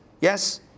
Yes